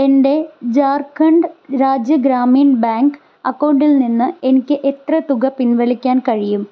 എൻ്റെ ജാർഖണ്ഡ് രാജ്യ ഗ്രാമീൺ ബാങ്ക് അക്കൗണ്ടിൽ നിന്ന് എനിക്ക് എത്ര തുക പിൻവലിക്കാൻ കഴിയും